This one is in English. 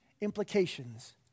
implications